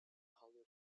hollywood